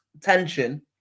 tension